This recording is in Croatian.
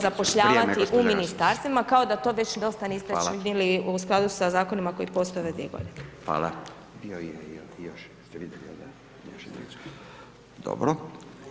zapošljavati u ministarstvima kao da to već dosta niste činili u skladu sa zakonima koji postoje ove 2 g.